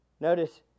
Notice